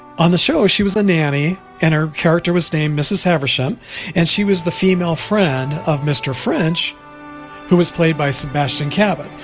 on the show she was a nanny and her character was named miss. haversham and she was the female friend of mr. french who was played by sebastian cabot.